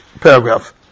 paragraph